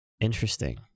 interesting